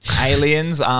aliens